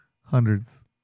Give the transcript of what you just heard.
Hundreds